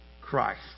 Christ